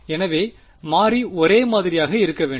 எனவே மாறி ஒரே மாதிரியாக இருக்க வேண்டும்